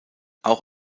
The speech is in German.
auch